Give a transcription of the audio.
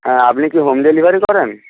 হ্যাঁ আপনি কি হোম ডেলিভারি করেন